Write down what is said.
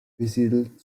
besiedelt